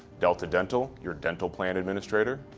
delta dental, your dental plan administrator,